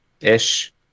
ish